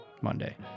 Monday